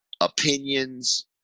opinions